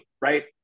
right